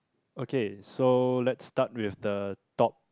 okay so let's start with the top